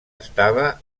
estava